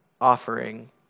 offering